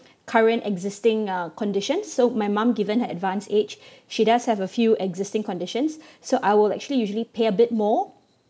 current existing uh condition so my mum given her advanced age she does have a few existing conditions so I will actually usually pay a bit more